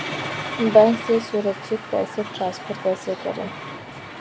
Bank से सुरक्षित पैसे ट्रांसफर कैसे करें?